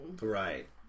right